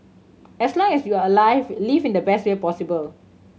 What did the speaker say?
as long as you are alive live in the best way possible